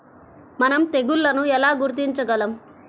మనం తెగుళ్లను ఎలా గుర్తించగలం?